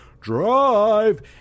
drive